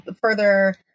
further